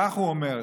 כך הוא אומר,